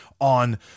on